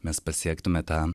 mes pasiektume tą